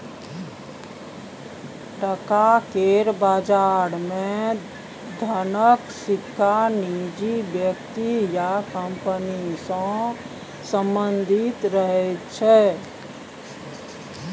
टका केर बजार मे धनक रिस्क निजी व्यक्ति या कंपनी सँ संबंधित रहैत छै